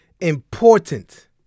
important